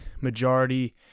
majority